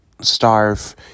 starve